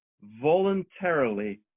voluntarily